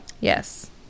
Yes